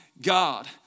God